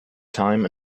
time